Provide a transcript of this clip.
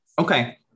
Okay